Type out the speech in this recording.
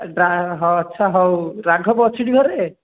ଡ୍ରା ଆଚ୍ଛା ହଉ ରାଘବ ଅଛିଟି ଘରେ